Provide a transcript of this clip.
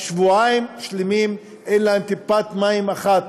שבועיים שלמים אין להם טיפת מים אחת.